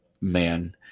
man